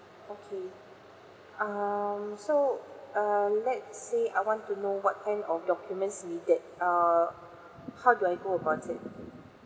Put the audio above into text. okay um so err let's say I want to know what kind of documents needed err how do I go about it